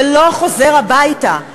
ולא חוזר הביתה.